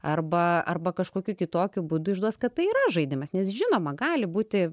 arba arba kažkokiu kitokiu būdu išduos kad tai yra žaidimas nes žinoma gali būti